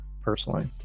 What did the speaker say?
personally